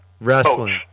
Wrestling